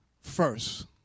first